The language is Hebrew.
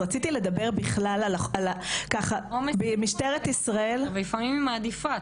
רציתי לדבר בכלל על --- לפעמים היא מעדיפה,